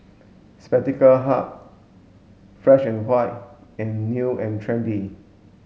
Spectacle Hut Fresh and White and New and Trendy